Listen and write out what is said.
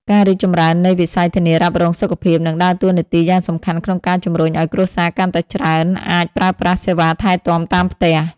ការរីកចម្រើននៃវិស័យធានារ៉ាប់រងសុខភាព នឹងដើរតួនាទីយ៉ាងសំខាន់ក្នុងការជំរុញឱ្យគ្រួសារកាន់តែច្រើនអាចប្រើប្រាស់សេវាថែទាំតាមផ្ទះ។